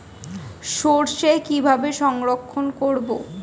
সরষে কিভাবে সংরক্ষণ করব?